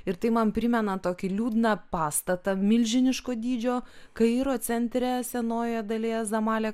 ir tai man primena tokį liūdną pastatą milžiniško dydžio kairo centre senojoje dalyje zamalek